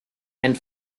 and